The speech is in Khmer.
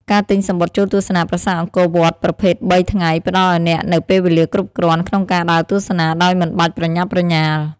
ការទិញសំបុត្រចូលទស្សនាប្រាសាទអង្គរវត្តប្រភេទ ៣ ថ្ងៃ ផ្តល់ឱ្យអ្នកនូវពេលវេលាគ្រប់គ្រាន់ក្នុងការដើរទស្សនាដោយមិនបាច់ប្រញាប់ប្រញាល់។